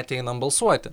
ateinam balsuoti